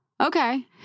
Okay